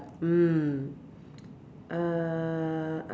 mm err